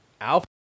Alpha